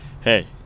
hey